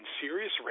serious